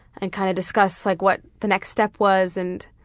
and kind of discuss like what the next step was, and